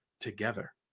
together